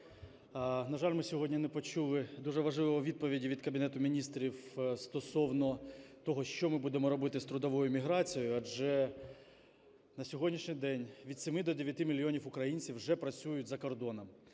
на жаль, ми сьогодні не почули дуже важливої відповіді від Кабінету Міністрів стосовно того, що ми будемо робити з трудовою міграцією, адже на сьогоднішній день від 7 до 9 мільйонів українців вже працюють за кордоном.